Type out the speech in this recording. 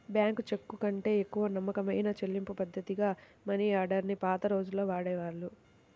bank చెక్కుకంటే ఎక్కువ నమ్మకమైన చెల్లింపుపద్ధతిగా మనియార్డర్ ని పాత రోజుల్లో వాడేవాళ్ళు